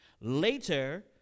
Later